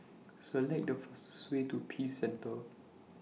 Select The fastest Way to Peace Centre